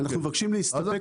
בסדר.